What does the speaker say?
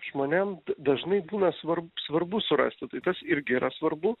žmonėm d dažnai būna svarb svarbu surasti tai tas irgi yra svarbu